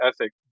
ethic